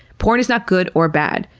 porn is not good or bad.